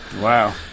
Wow